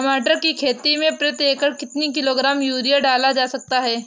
टमाटर की खेती में प्रति एकड़ कितनी किलो ग्राम यूरिया डाला जा सकता है?